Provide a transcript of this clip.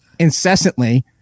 incessantly